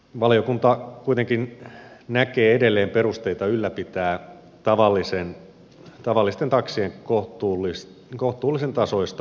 valiokunta kuitenkin näkee edelleen perusteita ylläpitää tavallisten taksien kohtuullisen tasoista verotukea